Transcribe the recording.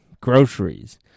groceries